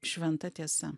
šventa tiesa